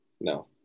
No